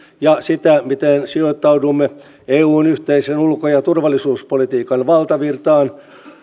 ja sitä miten sijoittaudumme eun yhteisen ulko ja turvallisuuspolitiikan valtavirtaan